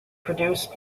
produce